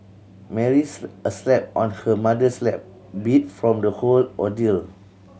Mary asleep on her mother's lap beat from the whole ordeal